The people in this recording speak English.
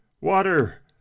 water